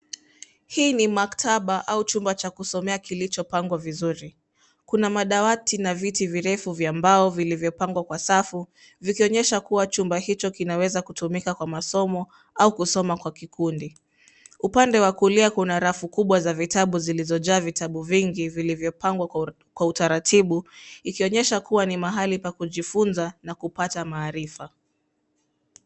Hii ni maktaba au chumba cha kusomea kilichopangwa vizuri. Kuna madawati na viti virefu vya mbao vilivyopangwa kwa safu, vikionyesha kuwa chumba hicho kinaweza kutumika kwa masomo au kusoma kwa kikundi. Upande wa kulia kuna rafu kubwa za vitabu zilizojaa vitabu vingi vilivyopangwa kwa utaratibu, ikionyesha kuwa ni mahali pa kujifunza na kupata maarifa.